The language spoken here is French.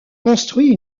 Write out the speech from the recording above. construit